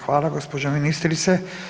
Hvala gospođo ministrice.